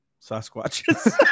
Sasquatches